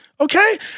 Okay